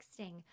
texting